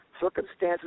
Circumstances